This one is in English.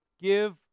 Give